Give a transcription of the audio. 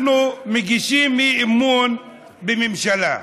אנחנו מגישים אי-אמון בממשלה.